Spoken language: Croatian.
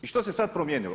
I što se sad promijenilo?